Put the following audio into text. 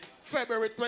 February